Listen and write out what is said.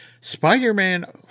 Spider-Man